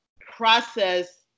process